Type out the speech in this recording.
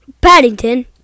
Paddington